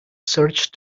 search